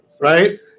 Right